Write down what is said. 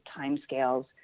timescales